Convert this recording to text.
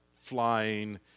flying